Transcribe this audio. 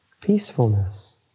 Peacefulness